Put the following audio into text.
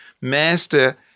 master